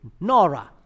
Nora